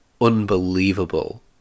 unbelievable